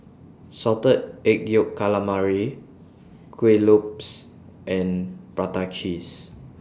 Salted Egg Yolk Calamari Kueh Lopes and Prata Cheese